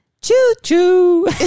Choo-choo